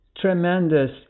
tremendous